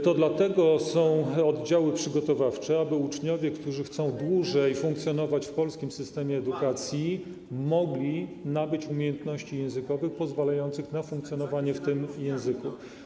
To dlatego są oddziały przygotowawcze, aby uczniowie, którzy chcą dłużej funkcjonować w polskim systemie edukacji, mogli nabyć umiejętności językowe pozwalające na funkcjonowanie w tym języku.